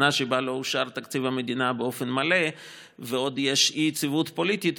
שנה שבה שלא אושר תקציב המדינה באופן מלא ועוד יש אי-יציבות פוליטית,